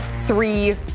three